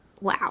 wow